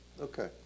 Okay